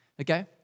Okay